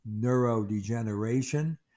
neurodegeneration